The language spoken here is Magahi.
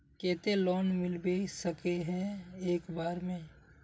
केते लोन मिलबे सके है एक बार में?